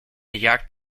jagt